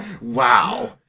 Wow